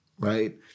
right